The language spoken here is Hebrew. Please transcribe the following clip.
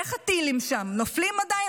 איך הטילים שם, נופלים עדיין?